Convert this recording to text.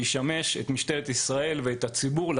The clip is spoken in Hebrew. שישמש את משטרת ישראל והציבור.